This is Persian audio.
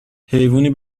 حیوونی